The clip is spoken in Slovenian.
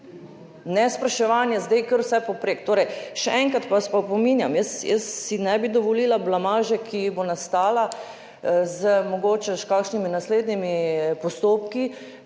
ne spraševanje zdaj kar vse povprek. Torej, še enkrat vas pa opominjam, jaz si ne bi dovolila blamaže, ki bo nastala mogoče še s kakšnimi naslednjimi postopki,